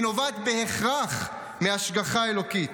היא נובעת בהכרח מהשגחה אלוקית.